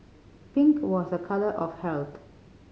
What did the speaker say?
pink was a colour of health